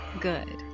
Good